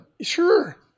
sure